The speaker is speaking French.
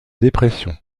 dépression